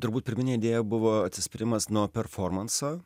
turbūt pirminė idėja buvo atsispyrimas nuo performanso